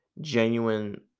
genuine